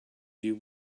you